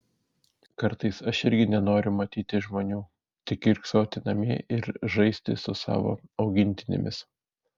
kartais aš irgi nenoriu matyti žmonių tik kiurksoti namie ir žaisti su savo augintinėmis